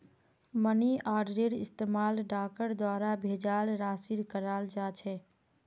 money आर्डरेर इस्तमाल डाकर द्वारा भेजाल राशिर कराल जा छेक